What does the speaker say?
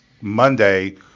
Monday